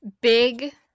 big